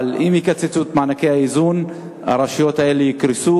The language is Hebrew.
אבל אם יקצצו את מענקי האיזון הרשויות האלה יקרסו,